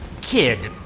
kid